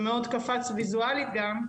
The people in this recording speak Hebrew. שמאוד קפץ גם ויזואלית,